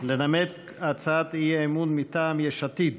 לנמק הצעת אי-אמון מטעם יש עתיד: